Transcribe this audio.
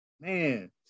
Man